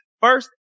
First